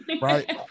Right